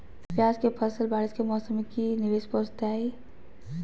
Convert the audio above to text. प्याज के फसल बारिस के मौसम में की निवेस पहुचैताई?